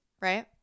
right